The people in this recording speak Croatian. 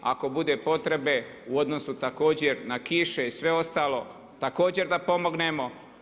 Ako bude potrebe u odnosu također na kiše i sve ostalo također da pomognemo.